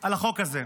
על החוק הזה.